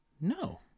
No